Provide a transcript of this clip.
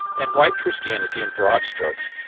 and white christianity in broad strokes,